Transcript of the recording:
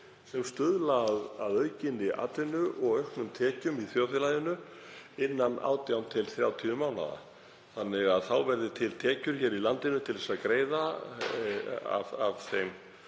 sem stuðla að aukinni atvinnu og auknum tekjum í þjóðfélaginu innan 18–30 mánaða þannig að til verði tekjur í landinu til að greiða af þeim